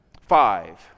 Five